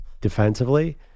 defensively